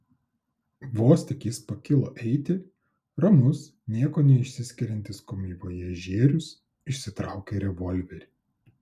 vos tik jis pakilo eiti ramus niekuo neišsiskiriantis komivojažierius išsitraukė revolverį